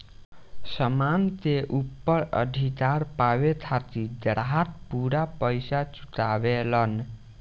सामान के ऊपर अधिकार पावे खातिर ग्राहक पूरा पइसा चुकावेलन